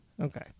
Okay